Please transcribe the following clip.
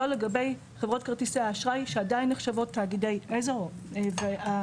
לא לגבי חברות כרטיסי האשראי שעדיין נחשבות תאגידי עזר ואנחנו